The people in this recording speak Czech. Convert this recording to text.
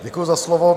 Děkuji za slovo.